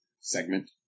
segment